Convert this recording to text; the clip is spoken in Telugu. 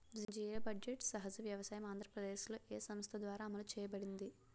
జీరో బడ్జెట్ సహజ వ్యవసాయం ఆంధ్రప్రదేశ్లో, ఏ సంస్థ ద్వారా అమలు చేయబడింది?